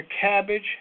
cabbage